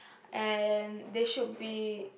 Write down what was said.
and they should be